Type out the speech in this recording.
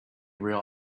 real